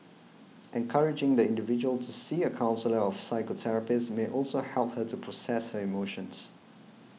encouraging the individual to see a counsellor or psychotherapist may also help her to process her emotions